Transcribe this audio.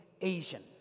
Asian